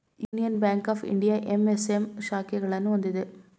union bank of India MSM ಶಾಖೆಗಳನ್ನು ಹೊಂದಿದೆ